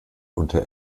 unter